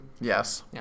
Yes